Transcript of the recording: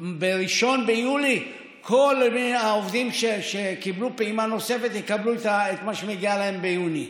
ב-1 ביולי כל העובדים שקיבלו פעימה נוספת יקבלו את מה שמגיע להם ביוני,